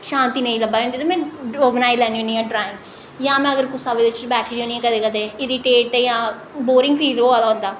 शांति नेईं लब्भा दी होंदी ऐ ते में ओह् बनाई लैन्नी होन्नी आं ड्राइंग जां में अगर कुसै बेल्लै च बैठी दी होन्नी आं कदें कदें इरिटेट जां बोरिंग फील होआ दा होंदा